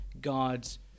God's